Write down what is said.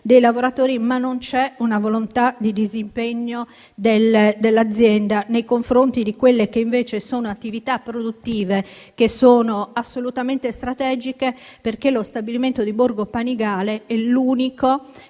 dei lavoratori. Non c'è però una volontà di disimpegno dell'azienda nei confronti di quelle che invece sono attività produttive assolutamente strategiche, perché lo stabilimento di Borgo Panigale è l'unico,